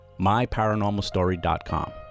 myparanormalstory.com